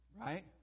right